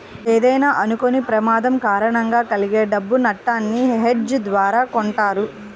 ఏదైనా అనుకోని ప్రమాదం కారణంగా కలిగే డబ్బు నట్టాన్ని హెడ్జ్ ద్వారా కొంటారు